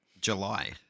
July